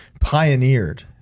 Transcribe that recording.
pioneered